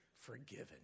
forgiven